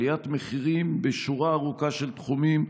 עליית מחירים בשורה ארוכה של תחומים,